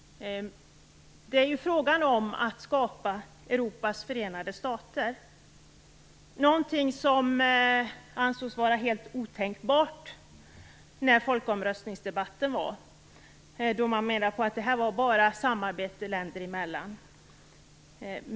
Det är ju fråga om att skapa Europas förenade stater, någonting som ansågs vara helt otänkbart när debatten inför folkomröstningen pågick. Man menade då att det bara rörde sig om ett samarbete länderna emellan.